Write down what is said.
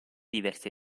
diversi